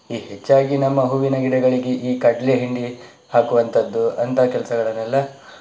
ಈ ಹೆಚ್ಚಾಗಿ ನಮ್ಮ ಹೂವಿನ ಗಿಡಗಳಿಗೆ ಈ ಕಡಲೆ ಹಿಂಡಿ ಹಾಕುವಂಥದ್ದು ಅಂಥ ಕೆಲಸಗಳನ್ನೆಲ್ಲ